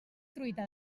truita